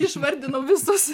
išvardinau visus